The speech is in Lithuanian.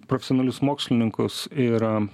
profesionalius mokslininkus ir